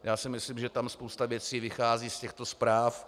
Já si myslím, že spousta věcí vychází z těchto zpráv.